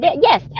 yes